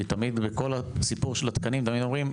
כי תמיד בכל הסיפור של התקנים תמיד אומרים,